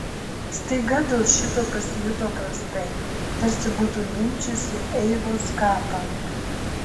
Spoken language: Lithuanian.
staiga dėl šito pasijuto prastai tarsi būtų mindžiusi eivos kapą